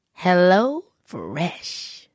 HelloFresh